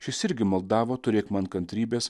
šis irgi maldavo turėk man kantrybės